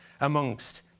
amongst